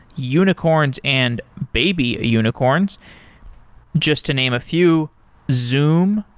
unicorns and baby unicorns just to name a few zoom,